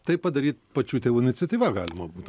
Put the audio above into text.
tai padaryt pačių tėvų iniciatyva galima būtų